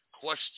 question